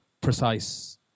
precise